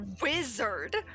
wizard